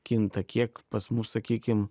kinta kiek pas mus sakykim